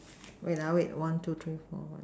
wait ah wait one two three four